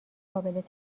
قابل